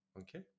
Okay